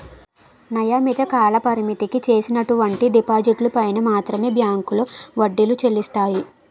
నియమిత కాలపరిమితికి చేసినటువంటి డిపాజిట్లు పైన మాత్రమే బ్యాంకులో వడ్డీలు చెల్లిస్తాయి